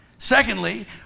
secondly